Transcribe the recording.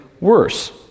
worse